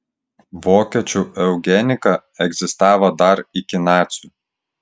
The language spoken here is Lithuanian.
vokiečių eugenika egzistavo dar iki nacių